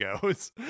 goes